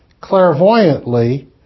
Clairvoyantly